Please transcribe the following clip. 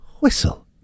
whistle